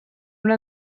una